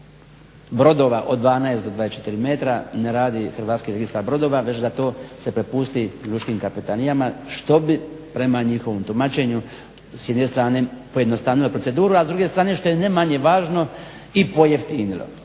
brodova od 12 do 24 metra ne radi Hrvatski registar brodova već da to se prepusti lučkim kapetanijama što bi prema njihovom tumačenju s jedne strane pojednostavilo proceduru, a s druge strane što je ne manje važno i pojeftinilo.